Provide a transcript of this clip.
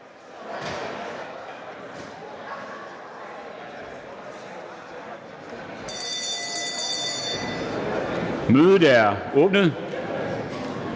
Mødet er åbnet.